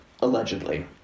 Allegedly